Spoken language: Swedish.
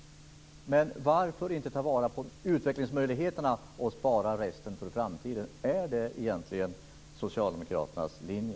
Varför inte ta vara på utvecklingsmöjligheterna och spara resten för framtiden? Är det egentligen socialdemokraternas linje?